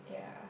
ya